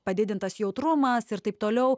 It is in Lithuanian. padidintas jautrumas ir taip toliau